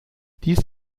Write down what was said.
dies